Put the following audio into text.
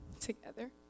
together